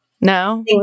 No